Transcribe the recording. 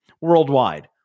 worldwide